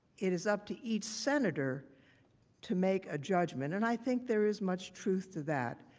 it is up to each senator to make a judgment, and i think there is much truth to that.